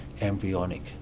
embryonic